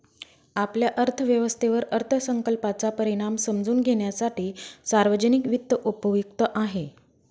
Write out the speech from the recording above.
आपल्या अर्थव्यवस्थेवर अर्थसंकल्पाचा परिणाम समजून घेण्यासाठी सार्वजनिक वित्त उपयुक्त आहे